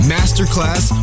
Masterclass